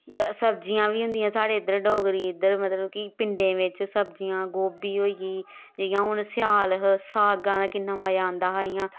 सब्जियां बी होंदियां साढ़े इद्धर डोगरी इद्धर मतलब कि पिंडें बिच्च सब्जियां गोभी होई गेई जियां हून स्याल हा सागां दा किन्ना मज़ा आंदा हा इ'यां